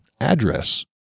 address